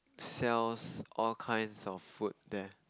sells all kind of food there